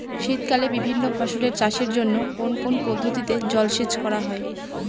শীতকালে বিভিন্ন ফসলের চাষের জন্য কোন কোন পদ্ধতিতে জলসেচ করা হয়?